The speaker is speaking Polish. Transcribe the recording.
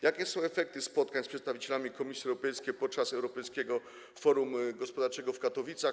Jakie są efekty spotkań z przedstawicielami Komisji Europejskiej podczas europejskiego forum gospodarczego w Katowicach?